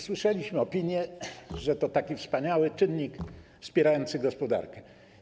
Słyszeliśmy opinie, że to taki wspaniały czynnik wspierający gospodarkę.